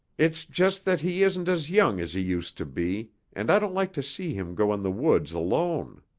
it's just that he isn't as young as he used to be and i don't like to see him go in the woods alone.